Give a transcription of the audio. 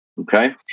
Okay